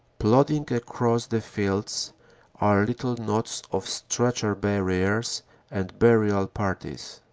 plodding across the fields are little knots of stretcher-bearers and burial parties.